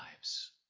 lives